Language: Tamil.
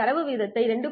தரவு வீதத்தை 2